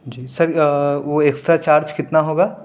جی sir وہ extra charge کتنا ہوگا